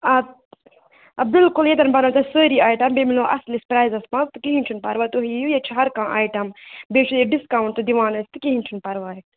آ بِلکل ییٚتَن بَنَن تۄہہِ سٲری آیٹَم بیٚیہِ مِلنَو اَصلِس پرٛزَس منٛز تہِ کِہیٖنۍ تہِ چھُنہٕ پَرواے تُہۍ یِیُو ییٚتہِ چھِ ہر کانٛہہ آیٹَم بیٚیہِ چھِ ییٚتہِ ڈسکاوُٹ تہِ دِوان أسۍ تہٕ کِہیٖنۍ چھنہٕ پَرواے